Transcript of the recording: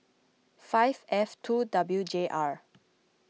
five F two W J R